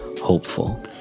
hopeful